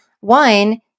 One